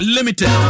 Limited